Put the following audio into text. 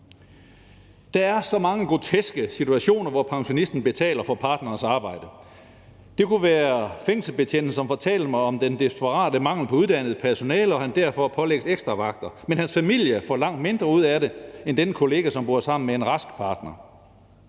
Der er så mange groteske situationer, hvor pensionisten betaler for partnerens arbejde. Det kunne det være fængselsbetjenten, som fortalte mig om den desperate mangel på uddannet personale, og at han derfor pålægges ekstra vagter, men hans familie får langt mindre ud af det end den kollega, som bor sammen med en rask partner.